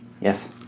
Yes